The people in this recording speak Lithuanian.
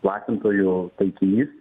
platintojų taikinys